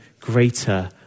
greater